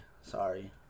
Sorry